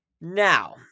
Now